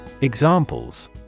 Examples